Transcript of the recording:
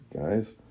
guys